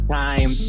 time